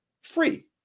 free